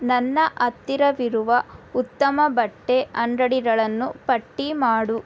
ನನ್ನ ಹತ್ತಿರವಿರುವ ಉತ್ತಮ ಬಟ್ಟೆ ಅಂಗಡಿಗಳನ್ನು ಪಟ್ಟಿ ಮಾಡು